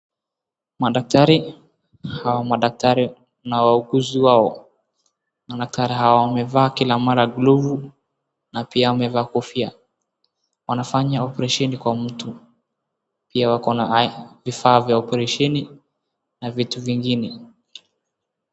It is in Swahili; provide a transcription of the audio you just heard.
Madaktari hao madaktari na waugunzi wao. Madktari hao wamevaa kila mara glovu na pia wamevaa kofia. Anafanya oparesheni kwa mtu. Pia wakona vifaa vya oparesheni na vitu vingine.